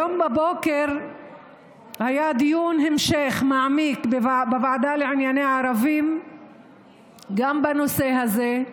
היום בבוקר היה דיון המשך מעמיק בוועדה לענייני ערבים גם בנושא הזה.